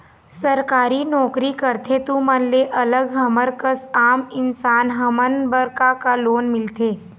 सरकारी नोकरी करथे तुमन ले अलग हमर कस आम इंसान हमन बर का का लोन मिलथे?